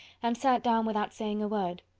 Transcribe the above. and sat down without saying a word.